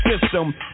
system